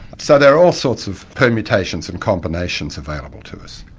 so there are all sorts of permutations and combinations available to us.